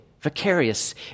vicarious